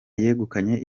yegukanye